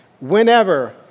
whenever